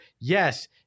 yes